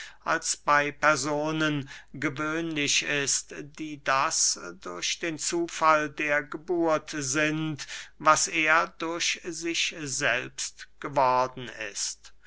als bey personen gewöhnlich ist die das durch den zufall der geburt sind was er durch sich selbst geworden ist